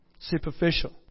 superficial